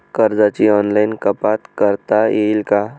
कर्जाची ऑनलाईन कपात करता येईल का?